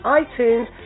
iTunes